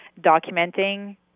Documenting